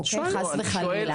שואלים -- חס וחלילה.